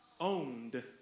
owned